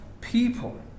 people